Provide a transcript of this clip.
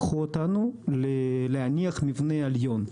נמלי ישראל לקחו אותנו להניח מבנה עליון.